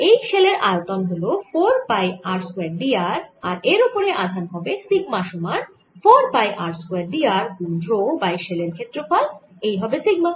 এই শেলের আয়তন হল 4 pi r square d r আর এর ওপরে আধান হবে সিগমা সমান 4 pi r square d r গুন রো বাই শেলের ক্ষেত্রফল এই হবে সিগমা